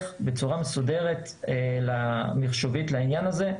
בצורה מחשובית ומסודרת לעניין הזה,